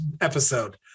episode